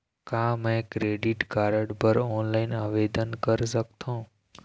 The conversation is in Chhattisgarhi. का मैं क्रेडिट कारड बर ऑनलाइन आवेदन कर सकथों?